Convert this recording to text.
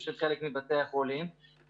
אני יודעת שמחלקים לבתי חולים באופן כללי,